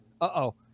Uh-oh